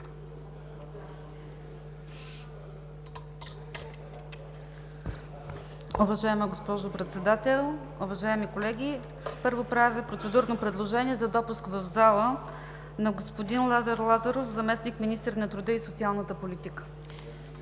Уважаема госпожо Председател, уважаеми колеги. Първо правя процедурно предложение за допуск в зала на господин Лазар Лазаров – заместник-министър на труда и социалната политика.